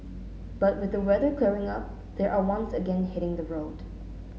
but with the weather clearing up they are once again hitting the road